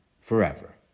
forever